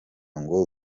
ngo